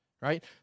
right